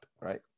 right